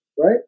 right